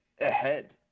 ahead